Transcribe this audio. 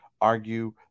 Argue